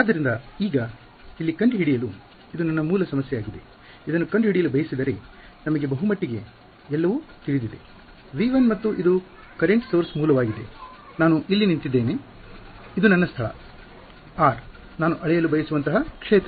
ಆದ್ದರಿಂದ ಈಗ ನಮಗೆ ಬಹುಮಟ್ಟಿಗೆ ಎಲ್ಲವೂ ತಿಳಿದಿದೆ ನಾನೀಗ ತಿಳಿಯಬಹುದಾಗಿದೆ ಇದು ನನ್ನ ಮೂಲ ಸಮಸ್ಯೆ V1 ಮತ್ತು ಇದು ಕರೆಂಟ್ ಸೊರ್ಸ್ ಮೂಲವಾಗಿದೆ ನಾನು ಇಲ್ಲಿ ನಿಂತಿದ್ದೇನೆ ಇದು ನನ್ನ ಸ್ಥಳ r ನಾನು ಅಳೆಯಲು ಬಯಸುವಂತಹ ಕ್ಷೇತ್ರ